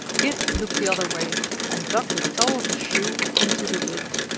kit looked the other way and dug the toe of his shoe into the dirt.